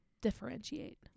differentiate